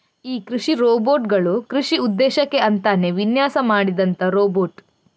ಈ ಕೃಷಿ ರೋಬೋಟ್ ಗಳು ಕೃಷಿ ಉದ್ದೇಶಕ್ಕೆ ಅಂತಾನೇ ವಿನ್ಯಾಸ ಮಾಡಿದಂತ ರೋಬೋಟ್